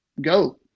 go